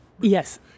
Yes